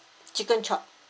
chicken chop